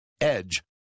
Edge